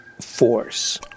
force